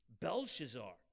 Belshazzar